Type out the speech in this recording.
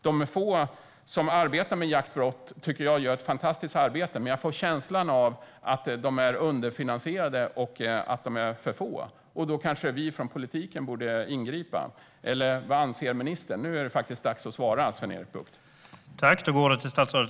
De få som arbetar med jaktbrott gör ett fantastiskt arbete, men jag får känslan av att de är underfinansierade och att de är för få. Då kanske vi från politiken borde ingripa. Eller vad anser ministern? Nu är det faktiskt dags att svara på frågorna, Sven-Erik Bucht.